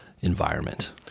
environment